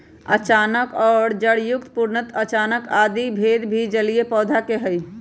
अचानक और जड़युक्त, पूर्णतः अचानक इत्यादि भेद भी जलीय पौधवा के हई